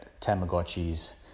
tamagotchis